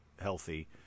healthy